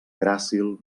gràcil